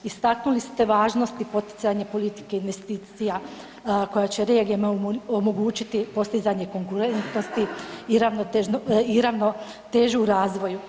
Istaknuli ste važnosti poticanja politike investicija koja će regijama omogućiti postizanje konkurentnosti i ravnotežu u razvoju.